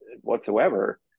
whatsoever